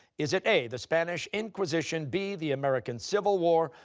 is it a, the spanish inquisition, b, the american civil war,